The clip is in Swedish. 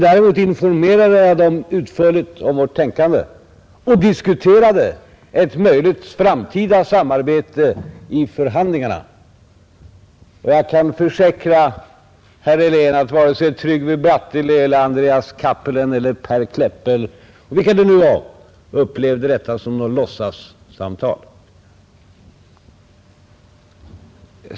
Däremot informerade jag den utförligt om vårt tänkande och diskuterade ett möjligt framtida samarbete i förhandlingarna, Jag kan försäkra herr Helén att varken Trygve Bratteli, Andreas Cappelen eller Per Kleppe — eller vilka det nu var — upplevde detta som något låtsassamtal.